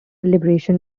liberation